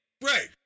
right